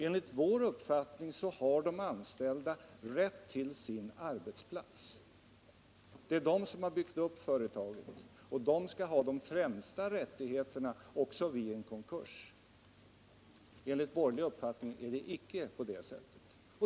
Enligt vår uppfattning har de anställda rätt till sin arbetsplats — det är de som har byggt upp företaget och det är de som skall ha de främsta rättigheterna, också vid en konkurs. Enligt borgerlig uppfattning är det icke på det sättet.